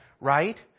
right